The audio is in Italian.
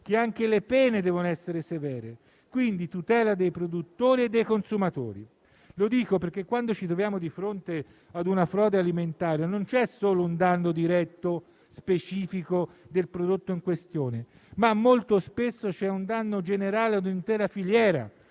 che anche le pene devono essere severe. Quindi, tutela dei produttori e dei consumatori: lo dico perché, quando ci troviamo di fronte ad una frode alimentare, non c'è solo un danno diretto e specifico del prodotto in questione, ma molto spesso c'è un danno generale a un'intera filiera